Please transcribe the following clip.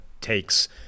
takes